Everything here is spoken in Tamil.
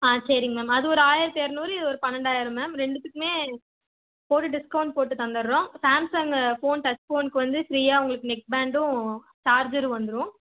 ஆ சேரிங்க மேம் அது ஒரு ஆயிரத்தி இரநூறு இது போட்டு பன்ரெண்டாயிரம் மேம் ரெண்டுத்துக்குமே ஒரு டிஸ்கௌண்ட் போட்டு தந்துடுறோம் சாம்சங்கு ஃபோன் டச் ஃபோனுக்கு வந்து ஃப்ரீயாக உங்களுக்கு நெக் பேண்டும் சார்ஜரும் வந்துடும்